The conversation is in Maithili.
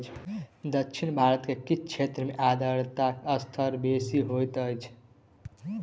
दक्षिण भारत के किछ क्षेत्र में आर्द्रता स्तर बेसी होइत अछि